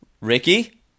Ricky